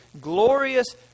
glorious